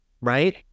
right